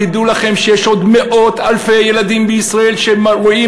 תדעו לכם שיש עוד מאות אלפי ילדים בישראל שרואים